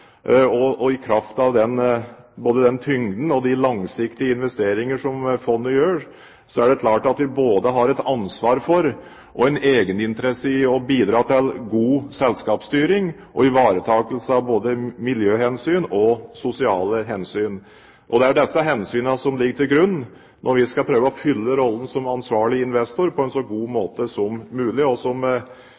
I kraft av både tyngden og de langsiktige investeringene til fondet er det klart at vi har et ansvar for og også en egeninteresse i å bidra til god selskapsstyring og ivaretakelse, av både miljøhensyn og sosiale hensyn. Det er disse hensynene som ligger til grunn når vi skal prøve å fylle rollen som ansvarlig investor på en så god måte som mulig. Som